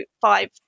five